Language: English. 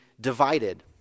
divided